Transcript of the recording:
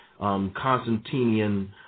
Constantinian